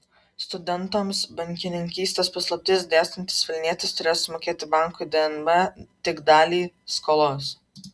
studentams bankininkystės paslaptis dėstantis vilnietis turės sumokėti bankui dnb tik dalį skolos